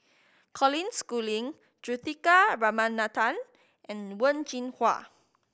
Colin Schooling Juthika Ramanathan and Wen Jinhua